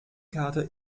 karte